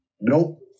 nope